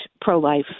pro-life